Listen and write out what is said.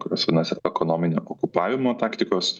kurios vadinasi ekonominio okupavimo taktikos